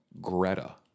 Greta